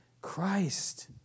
Christ